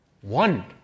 One